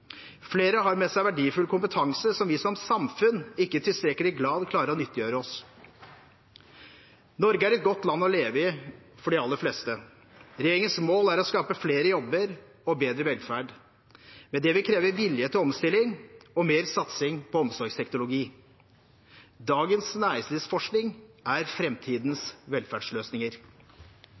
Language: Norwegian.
Flere har med seg verdifull kompetanse som vi som samfunn ikke i tilstrekkelig grad klarer å nyttiggjøre oss. Norge er et godt land å leve i for de aller fleste. Regjeringens mål er å skape flere jobber og bedre velferd, men det vil kreve vilje til omstilling og mer satsing på omsorgsteknologi. Dagens næringslivsforskning er framtidens velferdsløsninger.